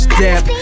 Step